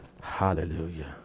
Hallelujah